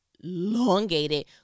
elongated